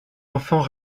enfants